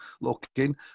looking